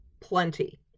plenty